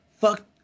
fuck